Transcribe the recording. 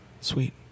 Sweet